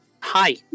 hi